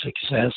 success